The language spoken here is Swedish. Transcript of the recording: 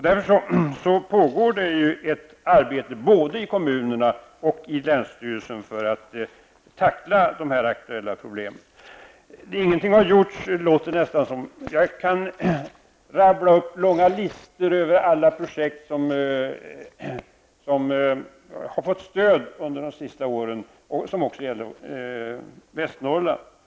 Det pågår alltså ett arbete både i kommunerna och i länsstyrelsen för att tackla de aktuella problemen. Här har låtit nästan som att ingenting har gjorts. Jag kan rabbla upp en lång lista över alla projekt som har fått stöd under de senaste åren, också i Västernorrland.